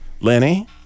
Lenny